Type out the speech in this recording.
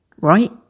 right